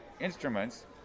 instruments